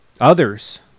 others